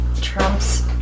Trump's